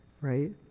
right